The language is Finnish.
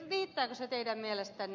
riittääkö se teidän mielestänne